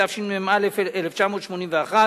התשמ"א 1981,